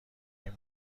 این